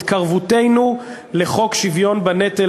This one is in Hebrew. התקרבותנו לחוק שוויון בנטל,